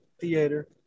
theater